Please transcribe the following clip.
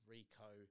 Rico